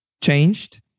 changed